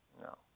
No